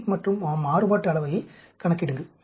e மற்றும் மாறுபாட்டு அளவையைக் கணக்கிடுங்கள்